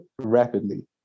rapidly